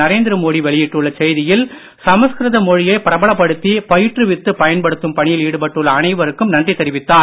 நரேந்திரமோடி வெளியிட்டுள்ள செய்தியில் சமஸ்கிருத மொழியை பிரபலப்படுத்தி பயிற்றுவித்து பயன்படுத்தும் பணியில் ஈடுபட்டுள்ள அனைவருக்கும் நன்றி தெரிவித்தார்